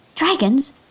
Dragons